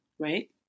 Right